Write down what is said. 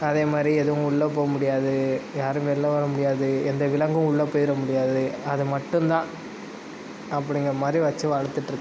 அதே மாதிரி எதுவும் உள்ளே போக முடியாது யாரும் வெளில வர முடியாது எந்த விலங்கும் உள்ளே போய்விட முடியாது அது மட்டும் தான் அப்படிங்குற மாதிரி வச்சு வளர்த்துட்டு இருக்கேன்